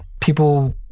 people